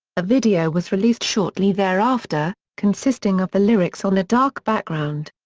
a video was released shortly thereafter, consisting of the lyrics on a dark background.